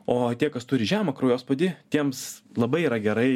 o tie kas turi žemą kraujospūdį tiems labai yra gerai